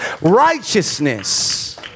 righteousness